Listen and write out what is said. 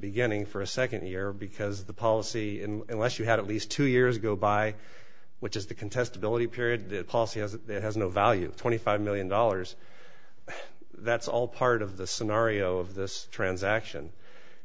beginning for a second year because the policy unless you had at least two years ago by which is the contestability period the policy as it has no value twenty five million dollars that's all part of the scenario of this transaction